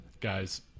Guys